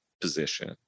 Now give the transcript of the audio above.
position